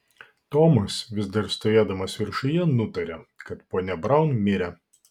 tomas vis dar stovėdamas viršuje nutarė kad ponia braun mirė